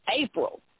April